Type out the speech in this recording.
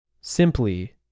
simply